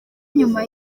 nyuma